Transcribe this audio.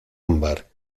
ámbar